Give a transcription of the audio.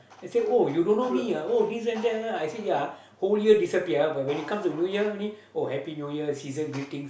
they say oh you don't know me ah oh this and that I say ya whole year disappear but when it comes to New Year only oh Happy New Year season greetings